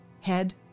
head